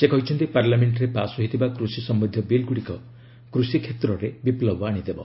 ସେ କହିଛନ୍ତି ପାର୍ଲ୍ୟାମେଣ୍ଟରେ ପାସ୍ ହୋଇଥିବା କୃଷି ସମ୍ଭନ୍ଧୀୟ ବିଲ୍ଗୁଡ଼ିକ କୃଷି କ୍ଷେତ୍ରରେ ବିପ୍ଲବ ଆଣିଦେବ